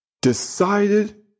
decided